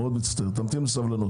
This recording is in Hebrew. מה מבקשים ומהן ההמלצות.